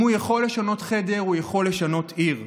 אם הוא יכול לשנות חדר, הוא יכול לשנות עיר,